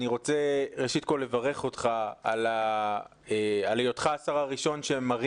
אני מבקש לברך אותך על היותך השר הראשון שמרים